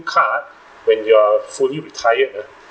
card when you're fully retired uh